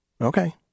Okay